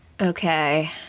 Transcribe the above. Okay